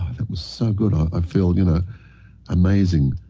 that was so good. i feel you know amazing.